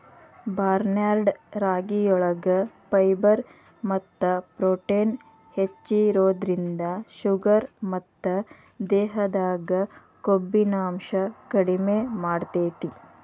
barnyard ರಾಗಿಯೊಳಗ fibre ಮತ್ತ protein ಹೆಚ್ಚಿರೋದ್ರಿಂದ ಶುಗರ್ ಮತ್ತ ದೇಹದಾಗ ಕೊಬ್ಬಿನಾಂಶ ಕಡಿಮೆ ಮಾಡ್ತೆತಿ